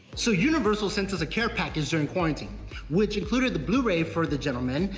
so, universal sent us a care package during quarantine which included the blu-ray for, the gentleman.